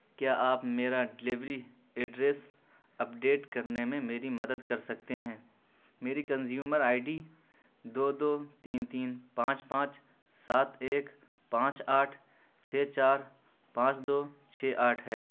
کیا آپ میرا ڈلیوری ایڈریس اپ ڈیٹ کرنے میں میری مدد کر سکتے ہیں میری کنزیومر آئی ڈی دو دو تین تین پانچ پانچ سات ایک پانچ آٹھ چھ چار پانچ دو چھ آٹھ ہے